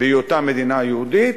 בהיותה מדינה יהודית,